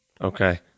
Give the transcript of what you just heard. Okay